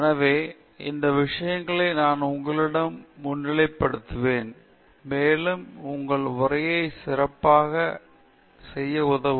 எனவே இந்த விஷயங்களை நான் உங்களிடம் முன்னிலைப்படுத்துவேன் மேலும் உங்கள் உரையை சிறப்பாக செய்ய உதவும்